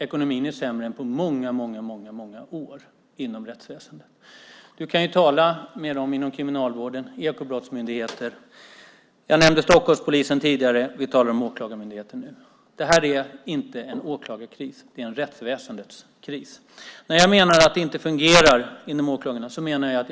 Ekonomin inom rättsväsendet är sämre än på många år. Du kan tala med dem inom Kriminalvården och ekobrottsmyndigheter. Jag nämnde Stockholmspolisen tidigare. Vi talar om Åklagarmyndigheten nu. Det här är inte en åklagarkris. Det är en rättsväsendets kris. Jag menar att det inte fungerar när det gäller åklagarna.